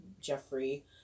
Jeffrey